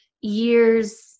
years